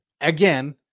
Again